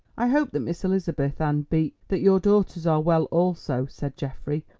i hope that miss elizabeth and be that your daughters are well also, said geoffrey,